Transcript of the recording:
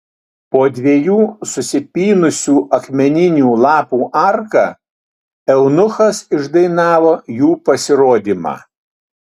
po dviejų susipynusių akmeninių lapų arka eunuchas išdainavo jų pasirodymą